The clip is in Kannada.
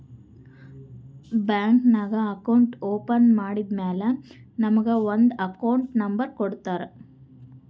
ಬ್ಯಾಂಕ್ ನಾಗ್ ಅಕೌಂಟ್ ಓಪನ್ ಮಾಡದ್ದ್ ಮ್ಯಾಲ ನಮುಗ ಒಂದ್ ಅಕೌಂಟ್ ನಂಬರ್ ಕೊಡ್ತಾರ್